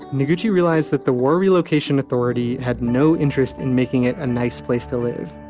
noguchi realized that the war relocation authority had no interest in making it a nice place to live.